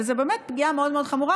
וזו באמת פגיעה מאוד מאוד חמורה,